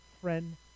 friend